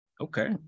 Okay